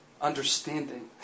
understanding